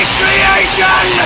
creation